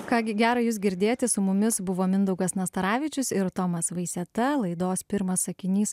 ką gi gera jus girdėti su mumis buvo mindaugas nastaravičius ir tomas vaiseta laidos pirmas sakinys